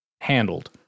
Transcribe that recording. handled